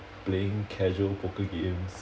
playing casual poker games